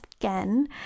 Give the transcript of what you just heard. again